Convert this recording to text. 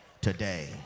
today